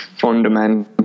fundamental